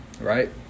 Right